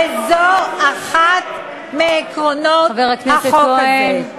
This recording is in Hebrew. וזה אחד מעקרונות החוק הזה.